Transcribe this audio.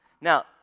Now